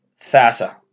Thassa